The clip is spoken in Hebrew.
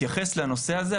מתייחס לנושא הזה,